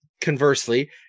conversely